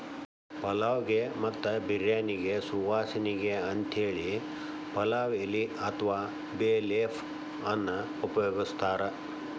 ಪಲಾವ್ ಗೆ ಮತ್ತ ಬಿರ್ಯಾನಿಗೆ ಸುವಾಸನಿಗೆ ಅಂತೇಳಿ ಪಲಾವ್ ಎಲಿ ಅತ್ವಾ ಬೇ ಲೇಫ್ ಅನ್ನ ಉಪಯೋಗಸ್ತಾರ